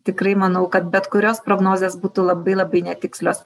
tikrai manau kad bet kurios prognozės būtų labai labai netikslios